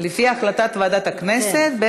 לפי החלטת ועדת הכנסת,